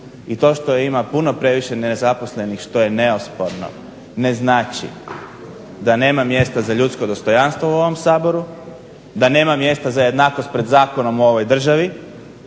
i to što je ima puno, previše nezaposlenih što je neosporno ne znači da nema mjesta za ljudsko dostojanstvo u ovom Saboru, da nema mjesta za jednakost pred zakonom u ovoj državi